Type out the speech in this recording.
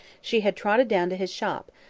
she had trotted down to his shop,